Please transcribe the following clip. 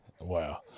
Wow